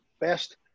best